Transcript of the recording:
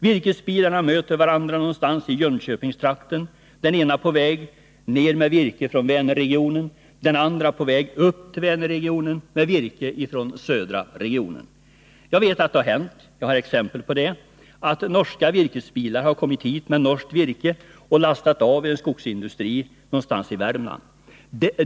Virkesbilarna möter varandra någonstans i Jönköpingstrakten, den ena på väg ner med virke från Vänerregionen, den andra på väg upp till Vänerregionen, med virke från södra regionen. Jag vet att det har hänt — jag har exempel på det — att norska virkesbilar har kommit hit med norskt virke och lastat av vid en skogsindustri någonstans i Värmland.